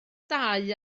dau